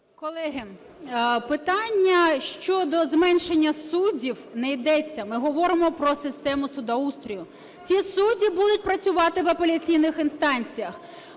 Колеги, питання щодо зменшення суддів не йдеться, ми говоримо про систему судоустрою. Ці судді будуть працювати в апеляційних інстанціях.